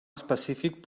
específic